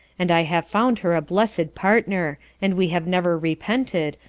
and i have found her a blessed partner, and we have never repented,